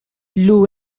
loo